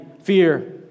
fear